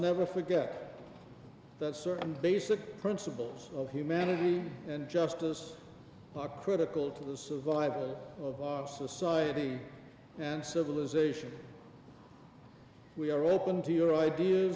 never forget that certain basic principles of humanity and justice are critical to the survival of our society and civilization we are open to your ideas